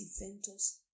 inventor's